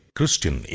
Christian